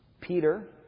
Peter